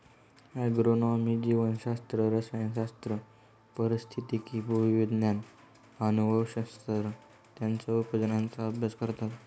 agronomy जीवशास्त्र, रसायनशास्त्र, पारिस्थितिकी, भूविज्ञान, अनुवंशशास्त्र यांच्या उपयोजनांचा अभ्यास करतात